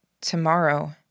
tomorrow